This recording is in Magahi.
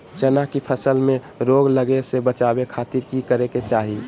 चना की फसल में रोग लगे से बचावे खातिर की करे के चाही?